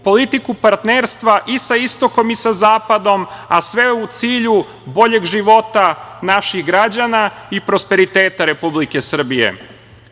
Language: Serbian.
politiku partnerstva i sa istokom i sa zapadom, a sve u cilju boljeg života naših građana i prosperiteta Republike Srbije. Posebno